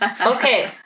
Okay